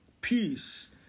peace